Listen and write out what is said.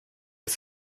ist